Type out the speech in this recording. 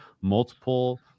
multiple